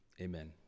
Amen